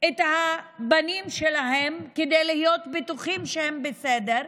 את הבנים שלהם, כדי להיות בטוחים שהם בסדר.